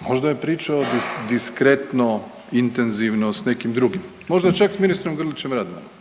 Možda je pričao diskretno i intenzivno s nekim drugim, možda čak s ministrom Grlićem Radmanom